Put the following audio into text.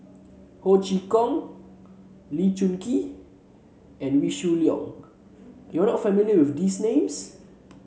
Ho Chee Kong Lee Choon Kee and Wee Shoo Leong you are not familiar with these names